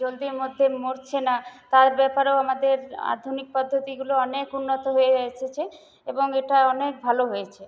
জলদির মধ্যে মরছে না তার ব্যাপারেও আমাদের আধুনিক পদ্ধতিগুলো অনেক উন্নত হয়ে এসেছে এবং এটা অনেক ভালো হয়েছে